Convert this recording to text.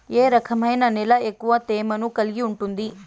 ఏ రకమైన నేల ఎక్కువ తేమను కలిగి ఉంటుంది?